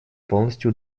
полностью